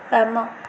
ବାମ